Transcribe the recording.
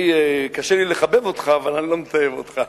קשה לי לחבב אותך, אבל אני לא מתעב אותך.